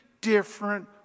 different